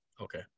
okay